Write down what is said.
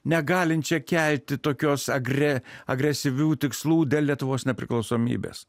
negalinčią kelti tokios agre agresyvių tikslų dėl lietuvos nepriklausomybės